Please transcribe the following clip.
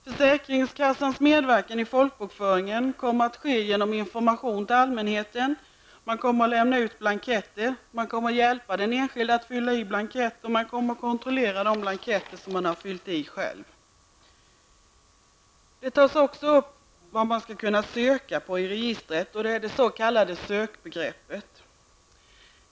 Försäkringskassans medverkan i folkbokföringen kommer att ske genom information till allmänheten, utlämnande av blanketter samt hjälp till den enskilde att fylla i blanketter och kontroll av de blanketter som den enskilde har fyllt i på egen hand. I propositionen tas också upp frågan om vad man skall få söka på i registret, det s.k. sökbegreppet.